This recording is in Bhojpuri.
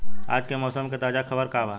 आज के मौसम के ताजा खबर का बा?